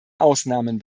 ausnahmen